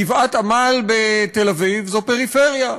גבעת-עמל בתל-אביב זו פריפריה,